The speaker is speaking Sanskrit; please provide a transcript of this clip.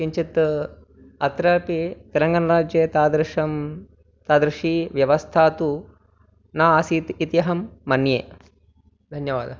किञ्चित् अत्रापि तेलङ्गानाराज्ये तादृशी तादृशी व्यवस्था तु न आसीत् इत्यहं मन्ये धन्यवादः